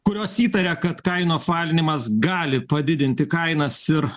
kurios įtaria kad kainų apvalinimas gali padidinti kainas ir